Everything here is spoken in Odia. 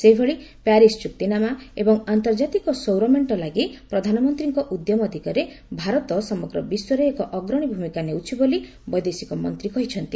ସେହିଭଳି ପ୍ୟାରିସ୍ ଚୁକ୍ତିନାମା ଏବଂ ଆନ୍ତର୍ଜାତିକ ସୌର ମେଣ୍ଟ ଲାଗି ପ୍ରଧାନମନ୍ତ୍ରୀଙ୍କ ଉଦ୍ୟମ ଦିଗରେ ଭାରତ ସମଗ୍ର ବିଶ୍ୱରେ ଏକ ଅଗ୍ରଣୀ ଭୂମିକା ନେଉଛି ବୋଲି ବୈଦେଶିକ ମନ୍ତ୍ରୀ କହିଛନ୍ତି